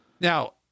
Now